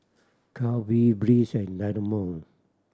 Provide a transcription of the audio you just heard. Calbee Breeze and Dynamo